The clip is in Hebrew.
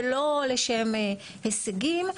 ולא לשם הישגים,